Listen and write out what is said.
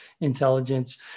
intelligence